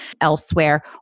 elsewhere